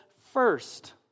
first